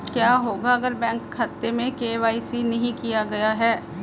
क्या होगा अगर बैंक खाते में के.वाई.सी नहीं किया गया है?